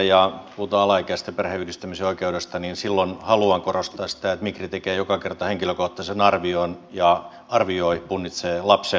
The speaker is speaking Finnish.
kun puhutaan alaikäisten perheenyhdistämisen oikeudesta niin silloin haluan korostaa sitä että migri tekee joka kerta henkilökohtaisen arvion ja arvioi punnitsee lapsen edun